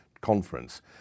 conference